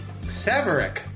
Severick